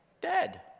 Dead